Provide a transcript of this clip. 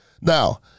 Now